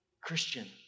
christian